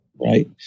Right